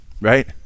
right